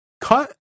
cut